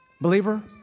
Believer